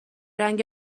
رنگ